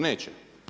Neće.